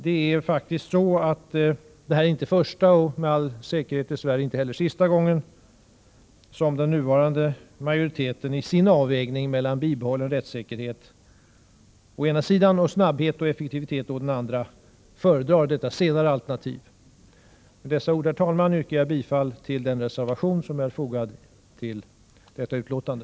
Det är faktiskt så, att det inte är första och med all säkerhet dess värre inte den sista gången som den nuvarande majoriteten i sin avvägning mellan bibehållen rättsäkerhet å ena sidan och snabbhet och effektivitet å den andra föredrar det senare alternativet. Med dessa ord, herr talman, yrkar jag bifall till den reservation som är fogad till detta betänkande.